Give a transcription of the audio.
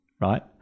right